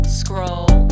scroll